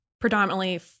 predominantly